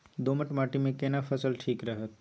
दोमट माटी मे केना फसल ठीक रहत?